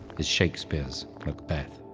is shakespeare's macbeth.